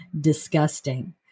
disgusting